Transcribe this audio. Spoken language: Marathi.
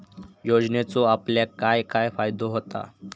योजनेचो आपल्याक काय काय फायदो होता?